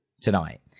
tonight